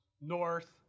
North